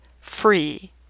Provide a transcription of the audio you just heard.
free